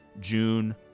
June